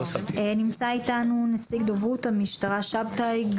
נמצא איתנו נציג דוברות המשטרה, שבתאי.